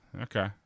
Okay